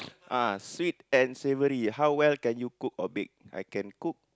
ah sweet and savoury how well can you cook or bake I can cook